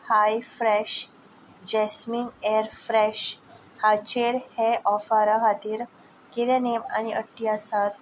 हाय fresh jasmine air fresh हाचेर हे ऑफरा खातीर कितें नेम आनी अट्टी आसात